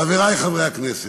חברי חברי הכנסת,